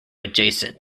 adjacent